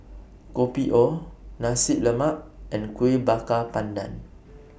Kopi O Nasi Lemak and Kuih Bakar Pandan